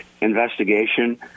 investigation